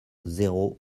zéro